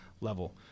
level